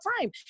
time